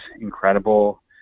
incredible